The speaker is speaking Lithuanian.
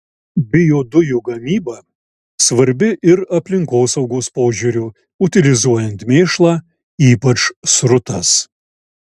biodujų gamyba svarbi ir aplinkosaugos požiūriu utilizuojant mėšlą ypač srutas